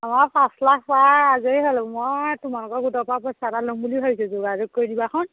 আমাৰ পাঁচ লাখ পাই আজৰি হ'লোঁ মই তোমালোকৰ গোটৰ পৰা পইচা এটা ল'ম বুলি ভাবিছোঁ যোগাযোগ কৰি দিবাখন